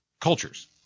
cultures